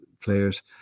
players